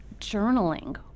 journaling